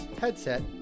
Headset